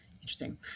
Interesting